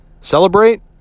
Celebrate